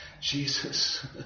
Jesus